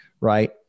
Right